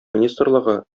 министрлыгы